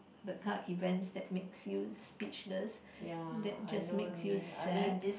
the kind of events that makes you speechless that just make you sad